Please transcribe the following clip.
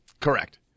Correct